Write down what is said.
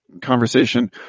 conversation